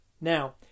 Now